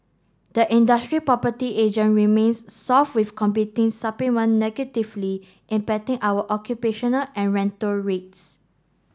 the industrial property agent remains soft with competing supplement negatively impacting our occupational and rental rates